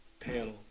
panel